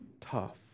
tough